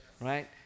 right